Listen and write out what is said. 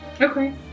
Okay